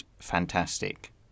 fantastic